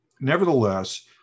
nevertheless